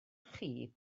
chi